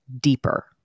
deeper